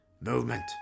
movement